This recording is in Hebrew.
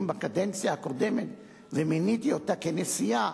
בקדנציה הקודמת ומיניתי אותה לנשיאה